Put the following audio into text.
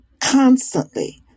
constantly